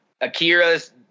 Akira's